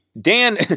Dan